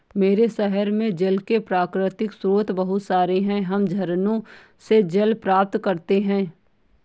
मेरे शहर में जल के प्राकृतिक स्रोत बहुत सारे हैं हम झरनों से जल प्राप्त करते हैं